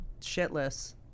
shitless